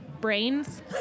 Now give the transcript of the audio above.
brains